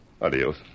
Adios